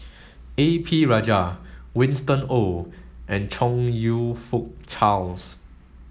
A P Rajah Winston Oh and Chong You Fook Charles